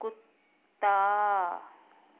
ਕੁੱਤਾ